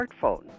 smartphone